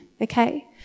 okay